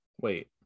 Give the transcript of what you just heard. wait